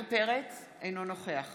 אינו נוכח